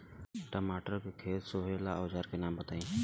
टमाटर के खेत सोहेला औजर के नाम बताई?